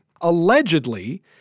Allegedly